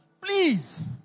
Please